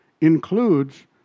includes